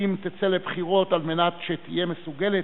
אם תצא לבחירות כדי שתהיה מסוגלת,